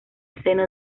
seno